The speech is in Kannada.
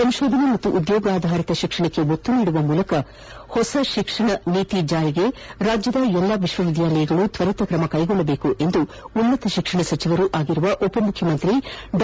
ಸಂಶೋಧನೆ ಮತ್ತು ಉದ್ಯೋಗಾಧಾರಿತ ಶಿಕ್ಷಣಕ್ಕೆ ಒತ್ತು ನೀಡುವ ಹೊಸ ಶಿಕ್ಷಣ ನೀತಿ ಜಾರಿಗೆ ರಾಜ್ಯದ ಎಲ್ಲ ವಿಶ್ವವಿದ್ಯಾಲಯಗಳು ತ್ವರಿತ ಕ್ರಮ ಕೈಗೊಳ್ಳುವಂತೆ ಉನ್ನತ ಶಿಕ್ಷಣ ಸಚಿವರೂ ಆದ ಉಪಮುಖ್ಯಮಂತ್ರಿ ಡಾ